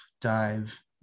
dive